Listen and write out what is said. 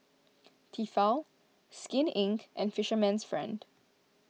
Tefal Skin Inc and Fisherman's Friend